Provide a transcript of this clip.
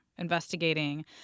Investigating